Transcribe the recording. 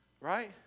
Right